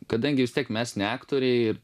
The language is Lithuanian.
kadangi vis tiek mes ne aktoriai ir